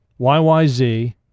YYZ